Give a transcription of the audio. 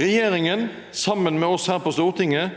Regjeringen, sammen med oss her på Stortinget,